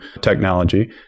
technology